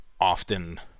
often